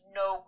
no